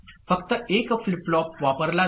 फक्त एक flip flop वापरला जातो